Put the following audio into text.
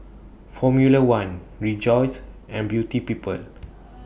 Formula one Rejoice and Beauty People